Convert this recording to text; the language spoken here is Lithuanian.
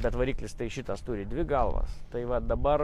bet variklis tai šitas turi dvi galvas tai va dabar